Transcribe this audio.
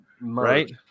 right